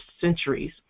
centuries